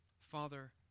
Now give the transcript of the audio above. Father